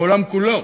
בעולם כולו.